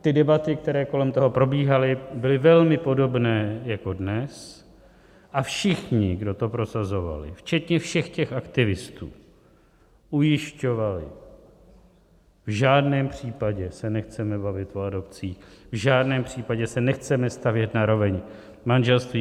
Ty debaty, které kolem toho probíhaly, byly velmi podobné jako dnes a všichni, kdo to prosazovali, včetně všech těch aktivistů, ujišťovali: V žádném případě se nechceme bavit o adopcích, v žádném případě se nechceme stavět na roveň manželství.